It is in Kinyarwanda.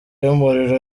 y’umuriro